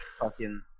fucking-